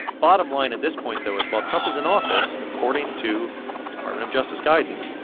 bottom line at this point, though, is while trump is in office, according to department of justice guidance,